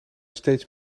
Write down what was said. steeds